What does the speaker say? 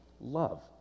love